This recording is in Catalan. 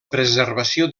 preservació